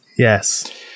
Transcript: Yes